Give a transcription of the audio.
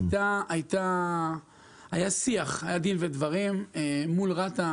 היה שיח, היה דין ודברים אל מול רת"א.